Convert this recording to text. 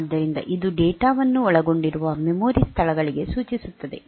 ಆದ್ದರಿಂದ ಇದು ಡೇಟಾ ವನ್ನು ಒಳಗೊಂಡಿರುವ ಮೆಮೊರಿ ಸ್ಥಳಗಳಿಗೆ ಸೂಚಿಸುತ್ತದೆ